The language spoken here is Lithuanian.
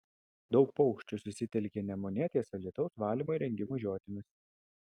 daug paukščių susitelkė nemune ties alytaus valymo įrenginių žiotimis